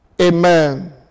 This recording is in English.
Amen